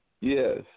Yes